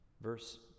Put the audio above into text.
verse